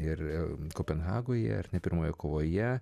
ir kopenhagoje ar ne pirmoje kovoje